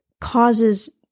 causes